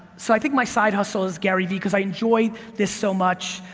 so i think my side hustle is gary v, because i enjoy this so much,